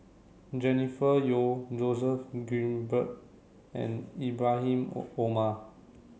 Jennifer Yeo Joseph Grimberg and Ibrahim Omar